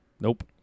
Nope